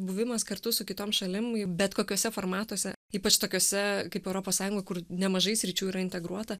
buvimas kartu su kitom šalim bet kokiuose formatuose ypač tokiuose kaip europos sąjunga kur nemažai sričių yra integruota